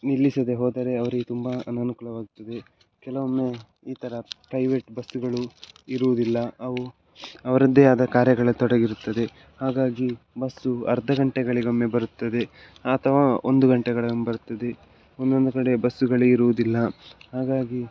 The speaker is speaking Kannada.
ನಿಲ್ಲಿಸದೇ ಹೋದರೆ ಅವ್ರಿಗೆ ತುಂಬ ಅನಾನುಕೂಲವಾಗ್ತದೆ ಕೆಲವೊಮ್ಮೆ ಈ ಥರ ಪ್ರೈವೇಟ್ ಬಸ್ಸುಗಳು ಇರುವುದಿಲ್ಲ ಅವು ಅವರದ್ದೇ ಆದ ಕಾರ್ಯಗಳ ತೊಡಗಿರುತ್ತದೆ ಹಾಗಾಗಿ ಬಸ್ಸು ಅರ್ಧ ಗಂಟೆಗಳಿಗೊಮ್ಮೆ ಬರುತ್ತದೆ ಆಥವಾ ಒಂದು ಗಂಟೆಗಳಿಗೊಮ್ಮೆ ಬರುತ್ತದೆ ಒಂದೊಂದು ಕಡೆ ಬಸ್ಸುಗಳೇ ಇರುವುದಿಲ್ಲ ಹಾಗಾಗಿ